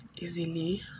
easily